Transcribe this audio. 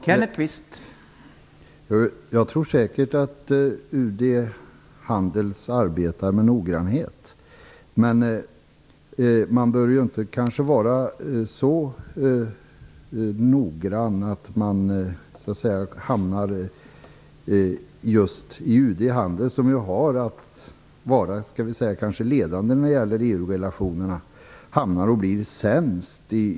Herr talman! Jag tror säkert att UD:s handelsavdelning arbetar med noggrannhet, men man bör kanske inte vara så noggrann att man blir sämst i det öppenhetstest som Tidningen Journalisten har gjort på olika myndigheter och departement.